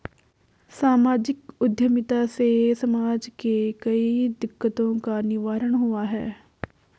सामाजिक उद्यमिता से समाज के कई दिकक्तों का निवारण हुआ है